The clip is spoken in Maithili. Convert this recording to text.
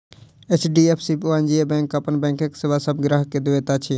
एच.डी.एफ.सी वाणिज्य बैंक अपन बैंकक सेवा सभ ग्राहक के दैत अछि